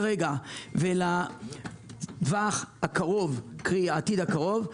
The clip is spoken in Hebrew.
כרגע ולטווח העתיד הקרוב,